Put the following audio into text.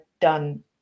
done